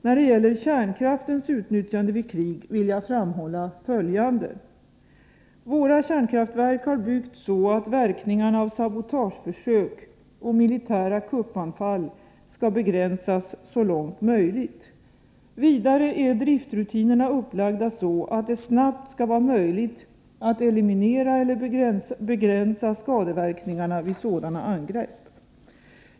När det gäller kärnkraftens utnyttjande vid krig vill jag framhålla följande. Våra kärnkraftverk har byggts så att verkningarna av sabotageförsök och militära kuppanfall skall begränsas så långt möjligt. Vidare är driftrutinerna upplagda så, att det snabbt skall vara möjligt att eliminera eller begränsa skadeverkningarna vid sådana angrepp.